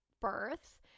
birth